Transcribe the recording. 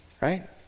right